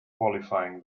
qualifying